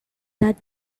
that